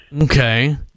Okay